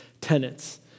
tenants